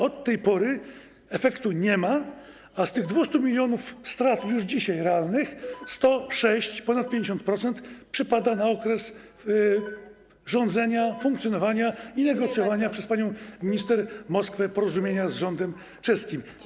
Od tej pory efektu nie ma, a z tych 200 mln strat już dzisiaj realnych 106 mln, ponad 50%, przypada na okres rządzenia, funkcjonowania i negocjowania przez panią minister Moskwę porozumienia z rządem czeskim.